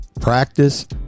practice